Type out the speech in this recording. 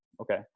Okay